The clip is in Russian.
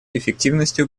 эффективностью